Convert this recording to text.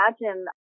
imagine